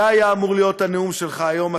זה היה אמור להיות הנאום שלך היום,